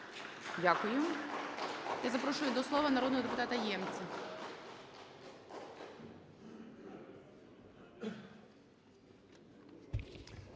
Дякую. І запрошую до слова народного депутата